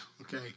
Okay